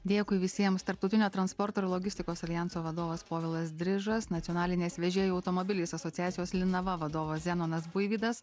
dėkui visiems tarptautinio transporto ir logistikos aljanso vadovas povilas drižas nacionalinės vežėjų automobiliais asociacijos linava vadovas zenonas buivydas